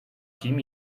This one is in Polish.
kim